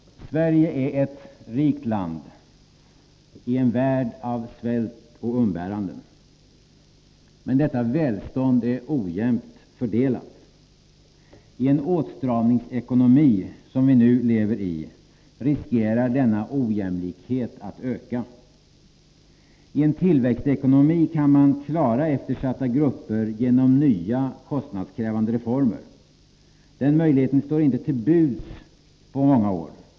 Sverige är ett rikt land i en värld av svält och umbäranden. Men detta välstånd är ojämnt fördelat. I en åtstramningsekonomi som den vi nu lever i riskerar denna ojämlikhet att växa. I en tillväxtekonomi kan man klara eftersatta grupper genom nya kostnadskrävande reformer. Den möjligheten står dock inte till buds på många år.